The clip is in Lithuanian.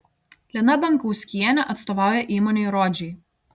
lina bankauskienė atstovauja įmonei rodžiai